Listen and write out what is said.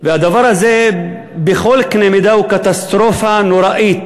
והדבר הזה בכל קנה-מידה הוא קטסטרופה נוראית